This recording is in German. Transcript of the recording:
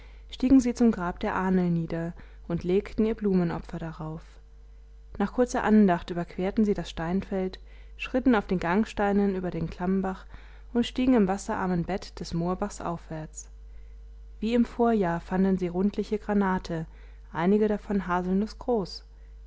stiegen sie zum grab der ahnl nieder und legten ihr blumenopfer darauf nach kurzer andacht überquerten sie das steinfeld schritten auf den gangsteinen über den klammbach und stiegen im wasserarmen bett des moorbachs aufwärts wie im vorjahr fanden sie rundliche granate einige davon haselnußgroß laß